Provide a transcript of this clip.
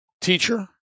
teacher